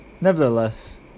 Nevertheless